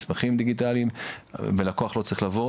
מסמכים דיגיטליים ולקוח לא צריך לבוא,